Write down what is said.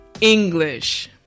English